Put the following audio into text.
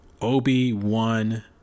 Obi-Wan